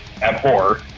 Abhor